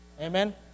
Amen